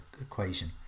equation